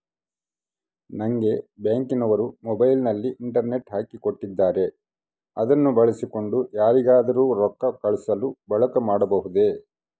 ನಂಗೆ ಬ್ಯಾಂಕಿನವರು ಮೊಬೈಲಿನಲ್ಲಿ ಇಂಟರ್ನೆಟ್ ಹಾಕಿ ಕೊಟ್ಟಿದ್ದಾರೆ ಅದನ್ನು ಬಳಸಿಕೊಂಡು ಯಾರಿಗಾದರೂ ರೊಕ್ಕ ಕಳುಹಿಸಲು ಬಳಕೆ ಮಾಡಬಹುದೇ?